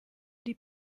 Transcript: die